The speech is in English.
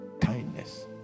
Kindness